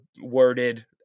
worded